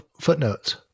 footnotes